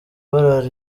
barara